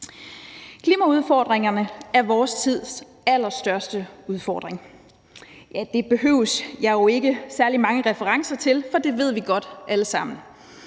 Klimaudfordringerne er vores tids allerstørste udfordring. Det behøver jeg jo ikke særlig mange referencer til, for det ved vi godt alle sammen.